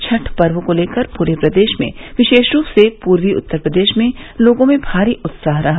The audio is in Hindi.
छठ पर्व को लेकर पूरे प्रदेश में विशेष रूप से पूर्वी उत्तर प्रदेश में लोगों में भारी उत्साह रहा